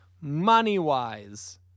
money-wise